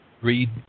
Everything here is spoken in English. read